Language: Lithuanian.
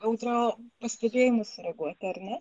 audrio pastebėjimą sureaguoti ar ne